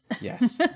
Yes